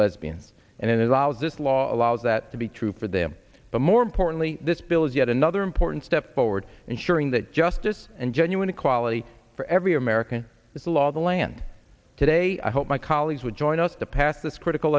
lesbians and it allows this law allows that to be true for them but more importantly this bill is yet another important step forward and suring that justice and genuine quality for every american is the law the land today i hope my colleagues will join us to pass this critical